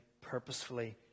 purposefully